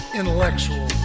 intellectual